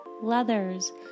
leathers